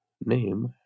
name